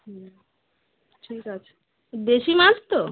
হুম ঠিক আছে দেশি মাছ তো